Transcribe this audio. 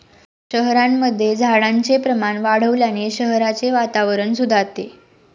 शहरांमध्ये झाडांचे प्रमाण वाढवल्याने शहराचे वातावरण सुधारते